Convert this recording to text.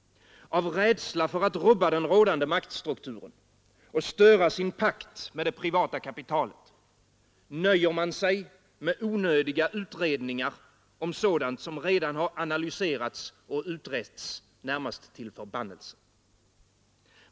Av rädsla för att rubba den rådande maktstrukturen och störa sin pakt med det privata kapitalet, nöjer man sig med onödiga utredningar om sådant som redan har analyserats närmast till förbannelse.